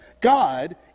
God